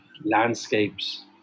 landscapes